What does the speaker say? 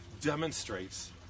demonstrates